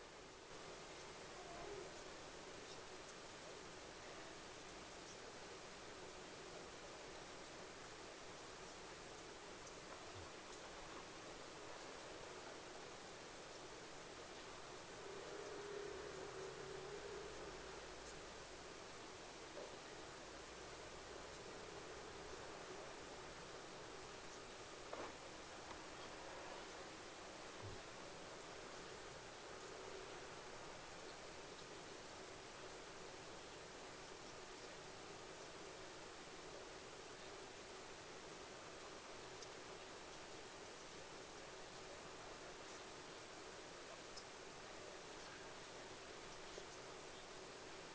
mm mm